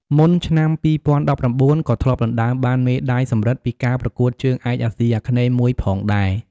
មុនឆ្នាំ ២០១៩ ក៏ធ្លាប់ដណ្តើមបានមេដាយសំរឹទ្ធពីការប្រកួតជើងឯកអាស៊ីអាគ្នេយ៍មួយផងដែរ។